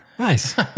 Nice